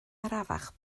arafach